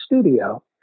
studio